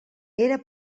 era